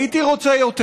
הייתי רוצה יותר.